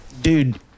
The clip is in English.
Dude